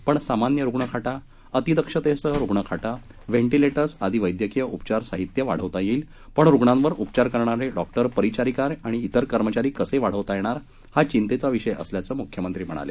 पण सामान्य रुग्णखाटा अतिदक्षतेसह रुग्णखाटा व्हेंटिलेटर्स आदी वैद्यकीय उपचार साहित्य वाढवता येईल पण रुग्णांवर उपचार करणारे डॉक्टर परिचारिका आणि तिर कर्मचारी कसे वाढवता येणार हा चिंतेचा विषय असल्याचं मुख्यमंत्री म्हणाले